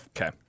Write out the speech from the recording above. Okay